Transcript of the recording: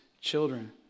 children